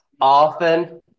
Often